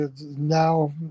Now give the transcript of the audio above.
now